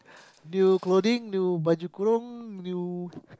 new clothing new baju kurung new